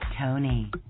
Tony